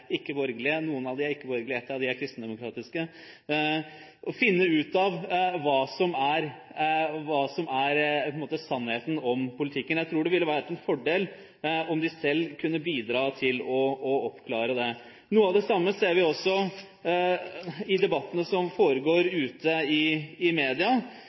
ikke borgerlige, ett av dem er kristendemokratisk – og finne ut av hva som er sannheten om politikken? Jeg tror det ville vært en fordel om de selv kunne bidra til å oppklare det. Noe av det samme ser vi også i debattene som foregår ute i media.